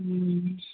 ம்